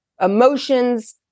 emotions